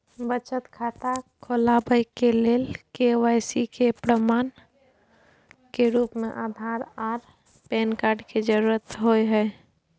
बचत खाता खोलाबय के लेल के.वाइ.सी के प्रमाण के रूप में आधार आर पैन कार्ड के जरुरत होय हय